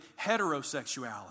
heterosexuality